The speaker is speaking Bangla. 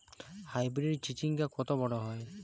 হাইব্রিড চিচিংঙ্গা কত বড় হয়?